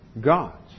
God's